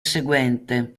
seguente